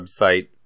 website